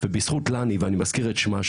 וזכות לני ואני מזכיר את שמה,